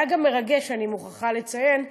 היה גם מרגש, אני מוכרחה לציין,